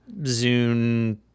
Zune